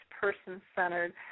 person-centered